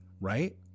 right